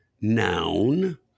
Noun